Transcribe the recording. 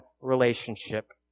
relationship